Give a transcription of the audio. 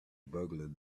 burgle